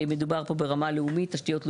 מדובר פה ברמה לאומית, תשתיות לאומיות.